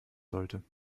sollte